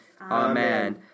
Amen